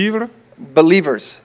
Believer's